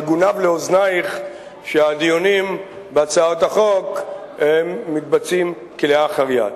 שגונב לאוזנייך שהדיונים בהצעת החוק מתבצעים כלאחר יד.